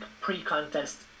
pre-contest